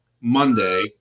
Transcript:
Monday